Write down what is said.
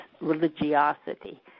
religiosity